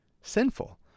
sinful